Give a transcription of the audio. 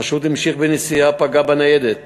החשוד המשיך בנסיעה, פגע בניידת,